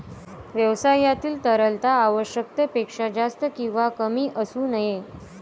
व्यवसायातील तरलता आवश्यकतेपेक्षा जास्त किंवा कमी असू नये